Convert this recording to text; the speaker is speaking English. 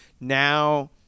now